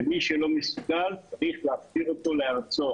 ומי שלא מסוגל, צריך להחזיר אותו לארצו.